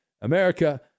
America